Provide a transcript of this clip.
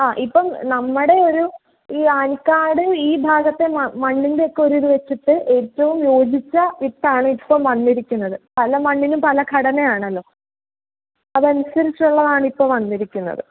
ആ ഇപ്പം നമ്മുടെ ഒരു ഈ ആൾക്കാട് ഈ ഭാഗത്തെ മ മണ്ണിൻറ്റൊക്കെ ഒരിത് വെച്ചിട്ട് ഏറ്റവും യോജിച്ച വിത്താണ് ഇപ്പം വന്നിരിക്കുന്നത് പല മണ്ണിനും പല ഘടനയാണല്ലോ അതനുസരിച്ചുള്ളതാണ് ഇപ്പോൾ വന്നിരിക്കുന്നത്